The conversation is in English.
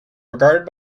regarded